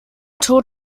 tod